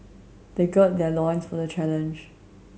they gird their loins for the challenge